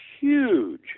huge